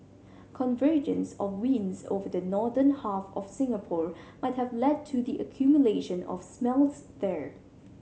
convergence of winds over the northern half of Singapore might have led to the accumulation of smells there